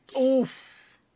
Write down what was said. Oof